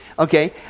Okay